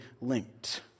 linked